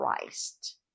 Christ